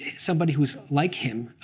somebody who is like him,